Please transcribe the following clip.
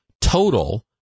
Total